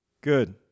Good